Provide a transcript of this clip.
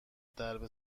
درب